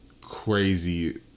crazy